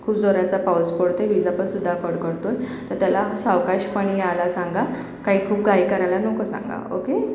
खूप जोराचा पाऊस पडतोय विजा पण सुद्धा कडकडत आहे तर त्याला सावकाशपणे यायला सांगा काही खूप घाई करायला नको सांगा ओके